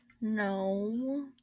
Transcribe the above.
No